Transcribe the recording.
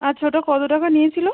আচ্ছা ওটা কত টাকা নিয়েছিল